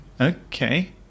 Okay